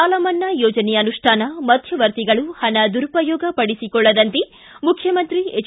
ಸಾಲಮನ್ನಾ ಯೋಜನೆ ಅನುಷ್ಠಾನ ಮಧ್ಯವರ್ತಿಗಳು ಪಣ ದುರುಪಯೋಗ ಪಡಿಸಿಕೊಳ್ಳದಂತೆ ಮುಖ್ಯಮಂತ್ರಿ ಹೆಚ್